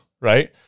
right